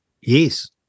Yes